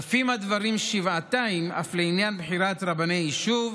יפים הדברים שבעתיים אף לעניין בחירת רבני יישוב,